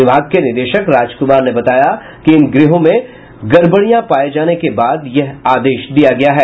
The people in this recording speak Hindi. विभाग के निदेशक राजकुमार ने बताया कि इन गृहों में गड़बड़ियां पाये जाने के बाद यह ओदश दिया गया है